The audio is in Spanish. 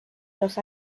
los